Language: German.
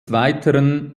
weiteren